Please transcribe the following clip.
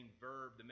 verb